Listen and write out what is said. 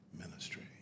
ministry